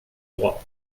droit